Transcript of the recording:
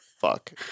Fuck